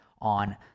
on